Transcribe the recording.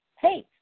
hey